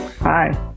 hi